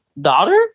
daughter